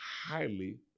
highly